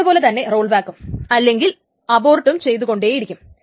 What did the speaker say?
അതുപൊലെ തന്നെ റോൾബാക്കും അല്ലെങ്കിൽ അബോർട്ടും ചെയ്തു കൊണ്ടെയിരിക്കും